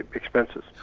expenses.